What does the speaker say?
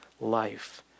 life